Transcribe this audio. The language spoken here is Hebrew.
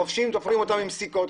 חובשים תופרים אותם עם סיכות.